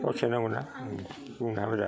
हरसे नांगौना बुंना हाबायदा